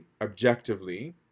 objectively